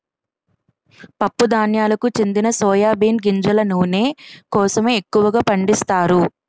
పప్పు ధాన్యాలకు చెందిన సోయా బీన్ గింజల నూనె కోసమే ఎక్కువగా పండిస్తారు